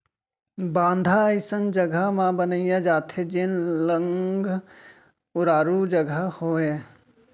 बांधा अइसन जघा म बनाए जाथे जेन लंग उरारू जघा होवय